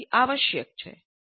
ઓ પણ આ આવશ્યકતા જણાવે છે